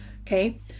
Okay